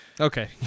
Okay